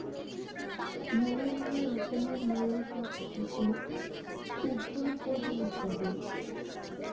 মেলাগিলা রকমের মোল্লাসক্স হসে উভরপদি ইত্যাদি